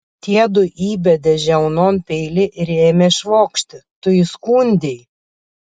tiedu įbedė žiaunon peilį ir ėmė švokšti tu įskundei